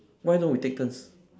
why don't we take turn